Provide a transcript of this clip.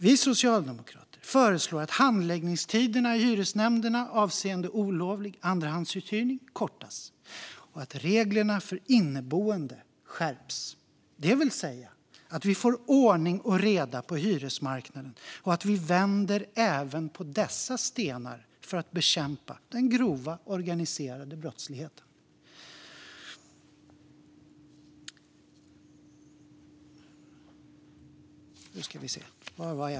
Vi socialdemokrater föreslår att handläggningstiderna i hyresnämnderna avseende olovlig andrahandsuthyrning kortas och att reglerna för inneboende skärps, det vill säga att vi får ordning och reda på hyresmarknaden och att vi vänder även på dessa stenar för att bekämpa den grova organiserade brottsligheten.